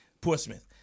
Portsmouth